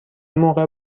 موقع